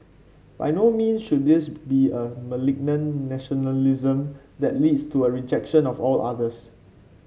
by no means should this be a malignant nationalism that leads to a rejection of all others